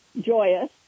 joyous